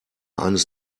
eines